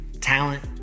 talent